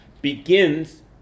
begins